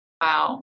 Wow